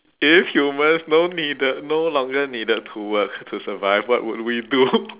if humans no needed no longer needed to work to survive what would we do